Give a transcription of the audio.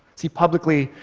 see, publicly,